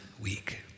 week